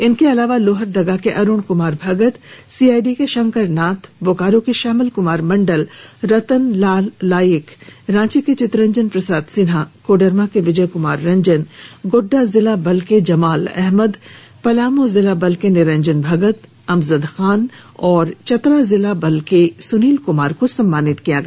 इनके अलावा लोहरदगा के अरुण कुमार भगत सीआईडी के शंकर नाथ बोकारो के श्यामल कुमार मंडल रतन लाल लायेक रांची के चितरंजन प्रसाद सिन्हा कोडरमा के विजय कुमार रंजन गोड्डा जिला बल के जमाल अहमद पलामू जिला बल के निरंजन भगत अमजद खान और चतरा जिला बल के सुनील कुमार को सम्मानित किया गया